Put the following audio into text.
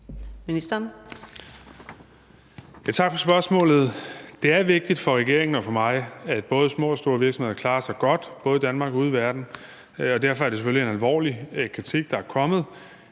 Tak for spørgsmålet. Det er vigtigt for regeringen og for mig, at både små og store virksomheder klarer sig godt både i Danmark og ude i verden. Derfor er det selvfølgelig en alvorlig kritik, der er kommet.